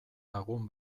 lagun